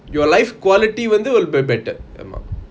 your life quality வந்து:vanthu will be better